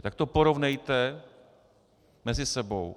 Tak to porovnejte mezi sebou.